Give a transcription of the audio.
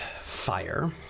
fire